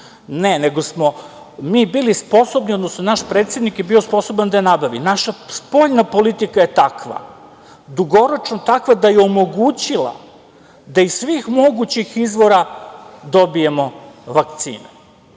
Ne, nego smo mi bili sposobni, odnosno naš predsednik je bio sposoban da je nabavi. Naša spoljna politika je takva, dugoročno takva da je omogućila da ih svih mogućih izvora dobijemo vakcine. Znate,